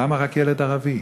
למה רק ילד ערבי?